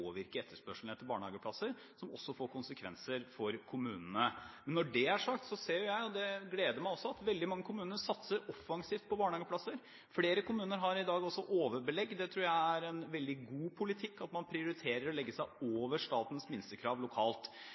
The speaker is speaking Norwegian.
etterspørselen etter barnehageplasser – som også får konsekvenser for kommunene. Når det er sagt, ser jeg – det gleder meg også – at veldig mange kommuner satser offensivt på barnehageplasser. Flere kommuner har i dag overbelegg. Jeg tror det er en veldig god politikk at man lokalt prioriterer å legge seg over statens minstekrav.